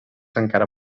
encara